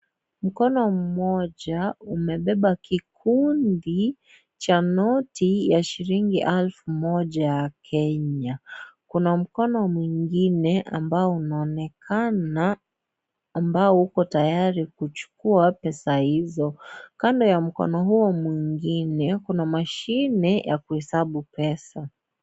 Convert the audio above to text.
Mkono mmoja umebeba kikundi cha noti ya shilingi elfu moja ya Kenya. Kuna mkono mwingine ambao unaonekana ambao uko tayari kuchukua pesa hizo. Kando ya mkono huo mwengine kuna mashine ya kuhesabu pesa.